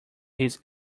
his